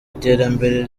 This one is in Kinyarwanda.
iterambere